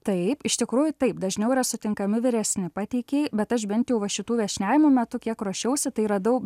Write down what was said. taip iš tikrųjų taip dažniau yra sutinkami vyresni pateikėjai bet aš bent jau va šitų viešniavimų metu kiek ruošiausi tai radau